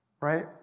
Right